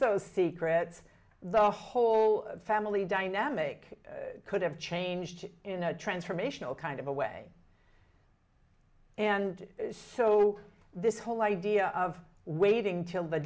those secrets the whole family dynamic could have changed in a transformational kind of a way and so this whole idea of waiting till the